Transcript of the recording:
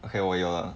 okay 我有了